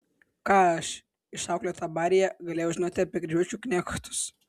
ką aš išauklėta baryje galėjau žinoti apie kryžiuočių knechtus